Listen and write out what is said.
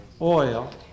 oil